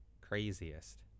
Craziest